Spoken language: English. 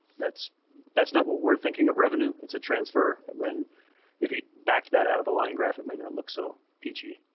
that's that's not what we're thinking of revenue. it's a transfer when if you backed that out of the line graph, it might not look so peachy.